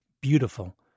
beautiful